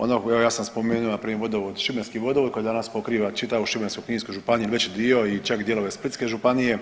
Ono, evo ja sam spomenuo npr. vodovod, šibenski vodovod koji danas pokriva čitavu Šibensko-kninsku županiju veći dio, čak i dijelove Splitske županije